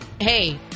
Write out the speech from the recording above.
hey